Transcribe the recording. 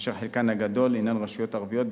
אשר חלקן הגדול הן רשויות ערביות,